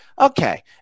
Okay